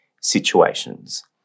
situations